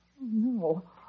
no